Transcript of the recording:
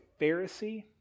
Pharisee